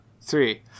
three